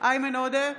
איימן עודה,